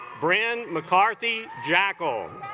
brynn mccarthy jackal